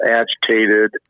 agitated